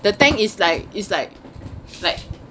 the tank is like is like like